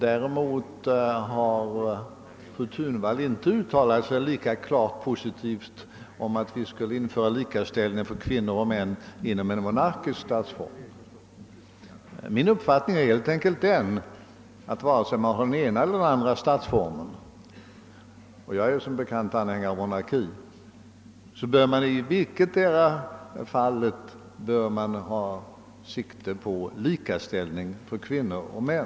Däremot uttalade hon sig inte lika klart positivt till lika ställning för kvinnor och män i en monarkisk statsform. Min uppfattning är den, att vare sig vi har den ena eller den andra statsformen — och jag är som bekant anhängare av monarki — bör vi sikta till lika ställning för kvinnor och män.